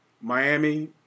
Miami